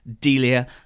Delia